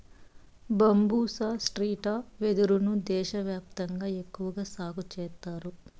బంబూసా స్త్రిటా వెదురు ను దేశ వ్యాప్తంగా ఎక్కువగా సాగు చేత్తారు